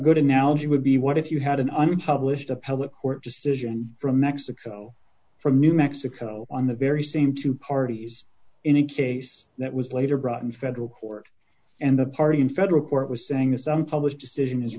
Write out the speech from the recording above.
good analogy would be what if you had an uninhabited appellate court decision from mexico from new mexico on the very same two parties in a case that was later brought in federal court and the party in federal court was saying that some published decision is